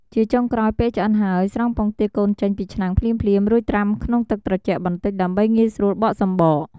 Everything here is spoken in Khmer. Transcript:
ជាចុងក្រោយពេលឆ្អិនហើយ ស្រង់ពងទាកូនចេញពីឆ្នាំងភ្លាមៗ រួចត្រាំក្នុងទឹកត្រជាក់បន្តិច ដើម្បីងាយស្រួលបកសំបក។